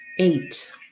eight